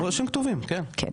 כמו שהם כתובים, כן.